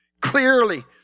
Clearly